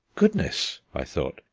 goodness! i thought,